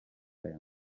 aya